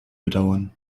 bedauern